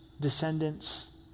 descendants